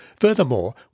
Furthermore